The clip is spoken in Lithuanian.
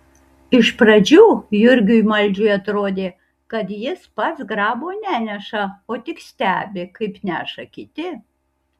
iš pradžių jurgiui maldžiui atrodė kad jis pats grabo neneša o tik stebi kaip neša kiti